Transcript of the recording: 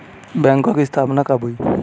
बैंकों की स्थापना कब हुई?